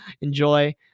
enjoy